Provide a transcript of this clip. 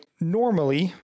normally